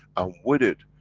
ah with it,